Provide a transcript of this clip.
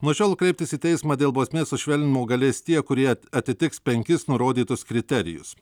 nuo šiol kreiptis į teismą dėl bausmės sušvelninimo galės tie kurie atitiks penkis nurodytus kriterijus